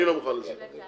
אני לא מוכן לזה.